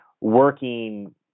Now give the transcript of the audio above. working